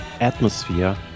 atmosphere